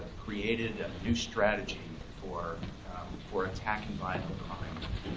created a new strategy for for attacking but